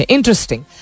Interesting